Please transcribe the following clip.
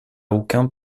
aucun